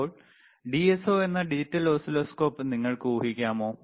ഇപ്പോൾ DSO എന്ന digital oscilloscope നിങ്ങൾക്ക് ഊഹിക്കാമോ